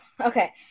Okay